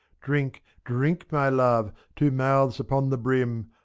drink, drink, my love, two mouths upon the brim. ah!